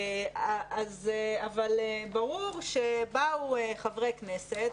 אבל ברור שבאו חברי כנסת,